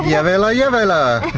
yeah llevela yeah llevela